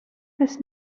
this